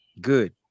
Good